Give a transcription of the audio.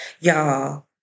y'all